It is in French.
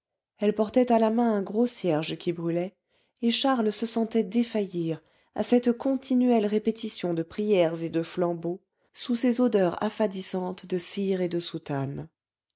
elles portaient à la main un gros cierge qui brûlait et charles se sentait défaillir à cette continuelle répétition de prières et de flambeaux sous ces odeurs affadissantes de cire et de soutane